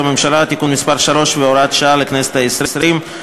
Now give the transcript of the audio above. הממשלה (תיקון מס' 3 והוראת שעה לכנסת ה-20).